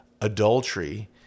adultery